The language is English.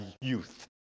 youth